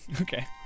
Okay